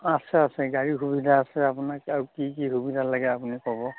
অঁ আছে আছে গাড়ীৰ সুবিধা আছে আপোনাক আৰু কি কি সুবিধা লাগে আপুনি ক'ব